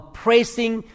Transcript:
praising